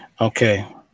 Okay